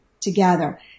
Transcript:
together